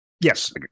Yes